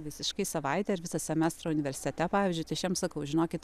visiškai savaitę ir visą semestrą universitete pavyzdžiui tai aš jiem sakau žinokit